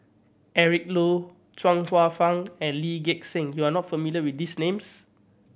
Eric Low Chuang Hsueh Fang and Lee Gek Seng you are not familiar with these names